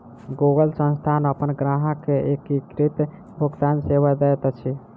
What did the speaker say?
Google संस्थान अपन ग्राहक के एकीकृत भुगतान सेवा दैत अछि